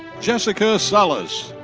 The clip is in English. jessica salas.